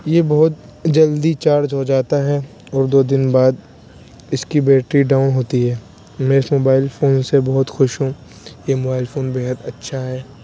یہ بہت جلدی چارج ہو جاتا ہے اور دو دن بعد اس کی بیٹری ڈاؤں ہوتی ہے میں اس موبائل فون سے بہت خوش ہوں یہ موبائل فون بے حد اچھا ہے